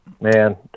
Man